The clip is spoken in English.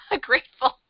grateful